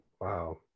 wow